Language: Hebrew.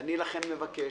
לכן אני מבקש,